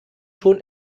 schon